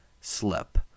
slip